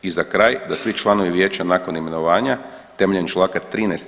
I za kraj, da svi članovi vijeća nakon imenovanja temeljem čl. 13.